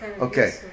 Okay